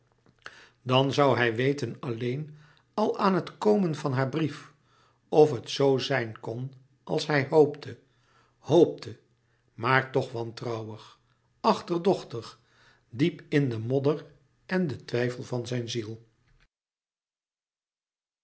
dan zoû hij weten alleen al aan het komen van haar brief of het zoo zijn kon als hij louis couperus metamorfoze hoopte hoopte maar toch wantrouwig achterdochtig diep in de modder en den twijfel van zijn ziel